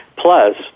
Plus